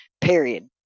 Period